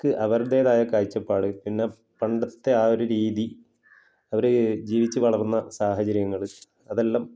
ക്ക് അവരുടേതായ കാഴ്ചപ്പാട് പിന്നെ പണ്ടത്തെ ആ ഒരു രീതി അവര് ജീവിച്ചുവളർന്ന സാഹചര്യങ്ങള് അതെല്ലാം